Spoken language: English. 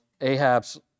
Ahab's